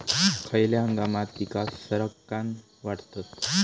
खयल्या हंगामात पीका सरक्कान वाढतत?